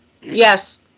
yes